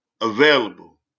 available